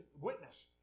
witness